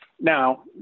Now